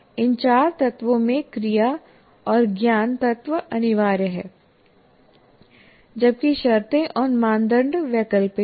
इन चार तत्वों में क्रिया और ज्ञान तत्व अनिवार्य हैं जबकि शर्तें और मानदंड वैकल्पिक हैं